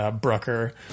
Brooker